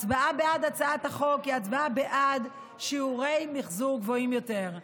הצבעה בעד הצעת החוק היא הצבעה בעד שיעורי מחזור גבוהים יותר.